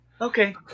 okay